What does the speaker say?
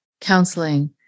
counseling